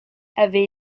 avait